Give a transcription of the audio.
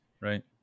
Right